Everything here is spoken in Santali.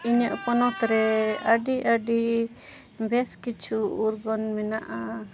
ᱤᱧᱟᱹᱜ ᱯᱚᱱᱚᱛ ᱨᱮ ᱟᱹᱰᱤ ᱟᱹᱰᱤ ᱵᱮᱥ ᱠᱤᱪᱷᱩ ᱩᱨᱜᱟᱹᱱ ᱢᱮᱱᱟᱜᱼᱟ